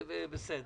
אבל